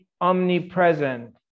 omnipresent